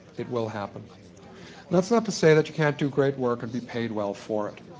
it will happen. and that's not to say that you can't do great work and be paid well for it.